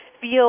feel